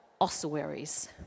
ossuaries